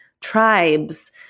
tribes